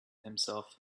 himself